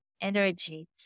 energy